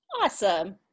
awesome